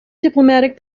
diplomatic